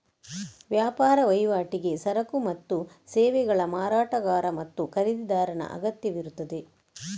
ವ್ಯಾಪಾರ ವಹಿವಾಟಿಗೆ ಸರಕು ಮತ್ತು ಸೇವೆಗಳ ಮಾರಾಟಗಾರ ಮತ್ತು ಖರೀದಿದಾರನ ಅಗತ್ಯವಿರುತ್ತದೆ